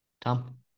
Tom